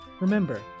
remember